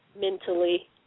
mentally